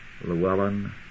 Llewellyn